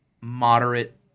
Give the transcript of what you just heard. moderate